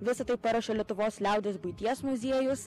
visa tai paruošė lietuvos liaudies buities muziejus